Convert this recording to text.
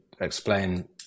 explain